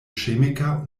chemiker